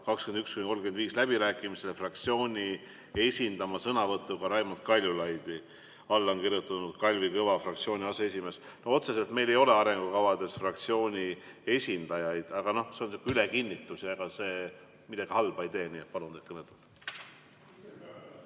2021–2035" läbirääkimistel fraktsiooni esindama sõnavõtuga Raimond Kaljulaidi. Alla on kirjutanud Kalvi Kõva, fraktsiooni aseesimees. Otseselt meil ei ole arengukavades fraktsiooni esindajaid, aga noh, see on sihuke ülekinnitus ja ega see midagi halba ei tee. Nii et palun teid kõnetooli.